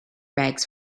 bags